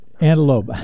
Antelope